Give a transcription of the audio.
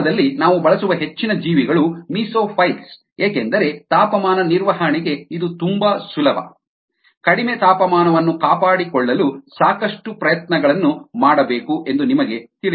ಉದ್ಯಮದಲ್ಲಿ ನಾವು ಬಳಸುವ ಹೆಚ್ಚಿನ ಜೀವಿಗಳು ಮೀಸೋಫೈಲ್ಸ್ ಏಕೆಂದರೆ ತಾಪಮಾನ ನಿರ್ವಹಣೆಗೆ ಇದು ತುಂಬಾ ಸುಲಭ ಕಡಿಮೆ ತಾಪಮಾನವನ್ನು ಕಾಪಾಡಿಕೊಳ್ಳಲು ಸಾಕಷ್ಟು ಪ್ರಯತ್ನಗಳನ್ನು ಮಾಡಬೇಕು ಎಂದು ನಿಮಗೆ ತಿಳಿದಿದೆ